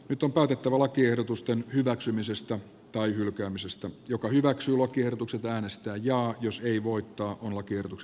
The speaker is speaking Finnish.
nyt on kaadettava lakiehdotusten hyväksymisestä tai hylkäämisestä joka hyväksyy lakiehdotukset äänestää jaa jos ei voittoa kun lakiehdotus